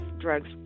drugs